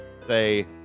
say